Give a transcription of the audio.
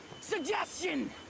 suggestion